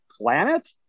planet